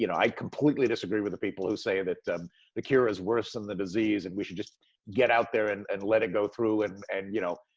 you know i completely disagree with the people who say that the cure is worse than the disease, and we should just get out there and and let it go through and and, you know,